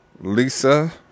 Lisa